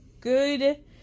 good